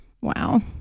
Wow